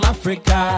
Africa